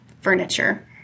furniture